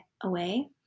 away